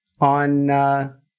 on